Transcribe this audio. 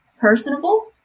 personable